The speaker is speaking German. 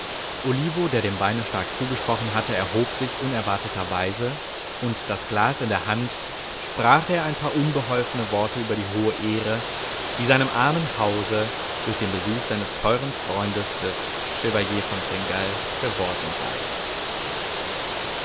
olivo der dem weine stark zugesprochen hatte erhob sich unerwarteterweise und das glas in der hand sprach er ein paar unbeholfene worte über die hohe ehre die seinem armen hause durch den besuch seines teuern freundes des chevalier von seingalt geworden sei